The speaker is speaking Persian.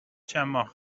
چندماه